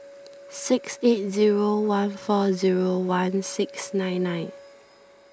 six eight zero one four zero one six nine nine